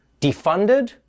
defunded